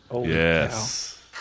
Yes